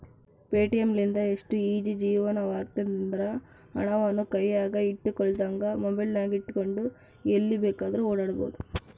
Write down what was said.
Paytm ಲಿಂದ ಎಷ್ಟು easy ಜೀವನವಾಗೆತೆಂದ್ರ, ಹಣವನ್ನು ಕೈಯಗ ಇಟ್ಟುಕೊಳ್ಳದಂಗ ಮೊಬೈಲಿನಗೆಟ್ಟುಕೊಂಡು ಎಲ್ಲಿ ಬೇಕಾದ್ರೂ ಓಡಾಡಬೊದು